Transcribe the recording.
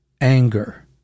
anger